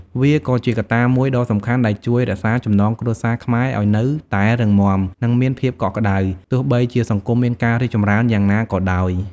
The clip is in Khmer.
វាក៏ជាកត្តាមួយដ៏សំខាន់ដែលជួយរក្សាចំណងគ្រួសារខ្មែរឲ្យនៅតែរឹងមាំ និងមានភាពកក់ក្តៅ ទោះបីជាសង្គមមានការរីកចម្រើនយ៉ាងណាក៏ដោយ។